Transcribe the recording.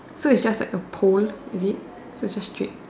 so is just like a pole is it so it just straight